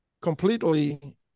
completely